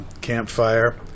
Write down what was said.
campfire